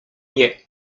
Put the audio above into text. nie